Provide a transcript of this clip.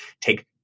Take